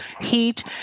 heat